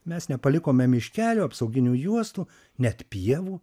mes nepalikome miškelio apsauginių juostų net pievų